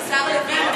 השר לוין,